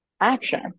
action